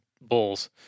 bulls